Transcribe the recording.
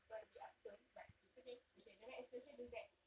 is going to be up soon but it's okay okay the next question is that